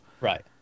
right